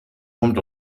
kommt